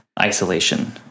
isolation